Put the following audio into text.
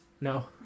No